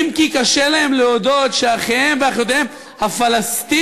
אורן, תחזור בך.